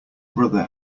brother